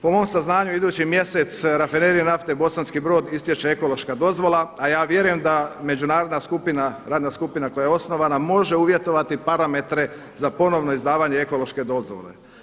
Po mom saznanju idući mjesec Rafinerija nafte Bosanski Brod istječe ekološka dozvola, a vjerujem da međunarodna radna skupina koja je osnovan može uvjetovati parametre za ponovno izdavanje ekološke dozvole.